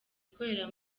ikorera